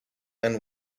and